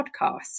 podcast